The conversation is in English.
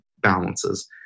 balances